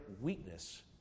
weakness